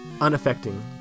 Unaffecting